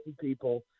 people